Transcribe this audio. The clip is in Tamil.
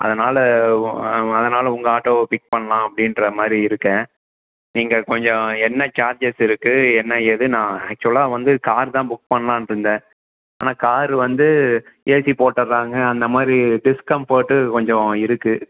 அதனால் உ அதனால் உங்கள் ஆட்டோவை பிக் பண்ணலாம் அப்படின்றமாரி இருக்கேன் நீங்கள் கொஞ்சம் என்ன சார்ஜஸ் இருக்கு என்ன ஏது நான் ஆக்சுவலாக வந்து கார் தான் புக் பண்ணலாம்னு இருந்தேன் ஆனால் கார் வந்து ஏசி போட்டா தாங்க அந்தமாதிரி டிஸ்கம்ஃபர்ட்டு கொஞ்சம் இருக்கு